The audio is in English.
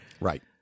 Right